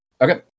Okay